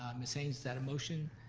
ms. haynes is that a motion,